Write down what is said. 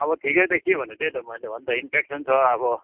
अब ठिकै त के भन्नु त्यही त मैले भनेँ नि त इन्फेक्सन छ अब